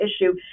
issue